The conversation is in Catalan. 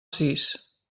sis